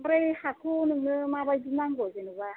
ओमफ्राय हाखौ नोंनो मा बादि नांगौ जेन'बा